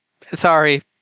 sorry